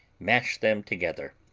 mash them together,